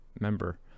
member